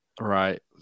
Right